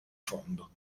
fondo